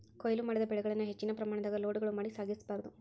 ಕೋಯ್ಲು ಮಾಡಿದ ಬೆಳೆಗಳನ್ನ ಹೆಚ್ಚಿನ ಪ್ರಮಾಣದಾಗ ಲೋಡ್ಗಳು ಮಾಡಿ ಸಾಗಿಸ ಬಾರ್ದು